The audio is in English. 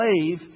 slave